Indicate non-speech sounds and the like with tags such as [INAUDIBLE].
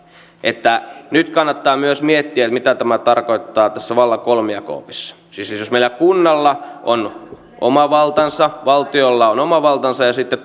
nyt kannattaa myös miettiä mitä tämä tarkoittaa tässä vallan kolmijako opissa siis jos jos meillä kunnalla on oma valtansa valtiolla on oma valtansa ja sitten [UNINTELLIGIBLE]